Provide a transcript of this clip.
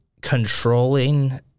controlling